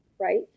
right